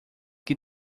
que